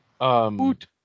Boot